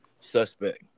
suspect